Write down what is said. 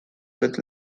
with